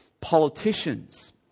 Politicians